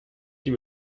die